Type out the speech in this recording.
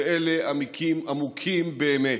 ואלה עמוקים באמת.